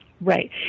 Right